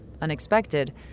unexpected